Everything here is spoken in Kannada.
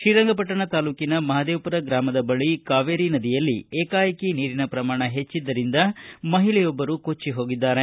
ಶ್ರೀರಂಗಪಟ್ಟಣ ತಾಲ್ಡೂಕಿನ ಮಹದೇವಪುರ ಗ್ರಾಮದ ಬಳಿ ಕಾವೇರಿ ನದಿಯಲ್ಲಿ ಏಕಾಏಕಿ ನೀರಿನ ಪ್ರಮಾಣ ಹೆಚ್ಚದ್ದರಿಂದ ಮಹಿಳೆಯೊಬ್ಬರು ಕೊಚ್ಚ ಹೋಗಿದ್ದಾರೆ